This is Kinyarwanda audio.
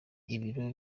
ibiro